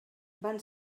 van